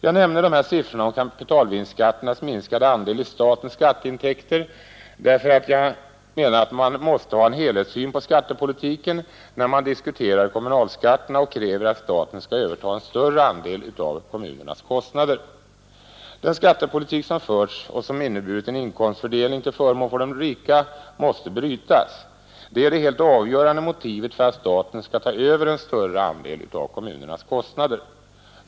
: Jag nämner de här siffrorna av kapitalvinstskatternas minskade andel i statens skatteintäkter därför att jag menar att man måste ha en helhetssyn på skattepolitiken när man diskuterar kommunalskatterna och kräver att staten skall överta en större andel av kommunernas kostnader. Den skattepolitik som förts och som inneburit en inkomstfördelning till förmån för de rika måste brytas. Detta är det helt avgörande motivet för att staten skall överta en större andel av kommunernas kostnader.